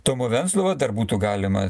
tomu venclova dar būtų galima